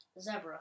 Zebra